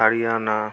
Haryana